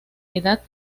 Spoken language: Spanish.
edad